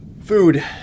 Food